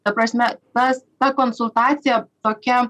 ta prasme pas ta konsultacija tokia